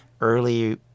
early